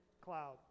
cloud